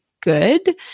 good